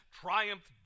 triumphed